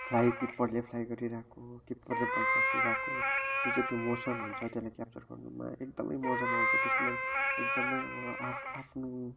fly किपरले fly गरिरहेको किपरले बल पक्डिरहेको जुन चाहिँ त्यो मोसन हुन्छ त्यसलाई क्याप्चर गर्नुमा एकदमै मजा पनि आउँछ त्यसमा एकदमै अब आफ् आफ्नो